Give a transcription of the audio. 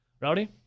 Rowdy